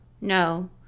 No